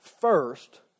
first